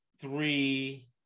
three